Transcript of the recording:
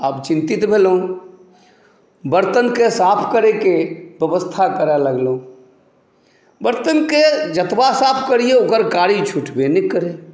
आब चिन्तित भेलहुँ बर्तनके साफ करयके व्यवस्था करय लगलहुँ बर्तनके जतबा साफ करियै ओकर कारी छुटबे नहि करै